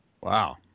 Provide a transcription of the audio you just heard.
Wow